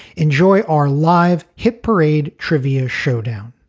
enjoy our live hit parade trivia showdown